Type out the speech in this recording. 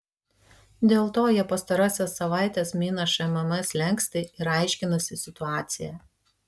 dėl to jie pastarąsias savaites mina šmm slenkstį ir aiškinasi situaciją